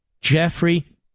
Jeffrey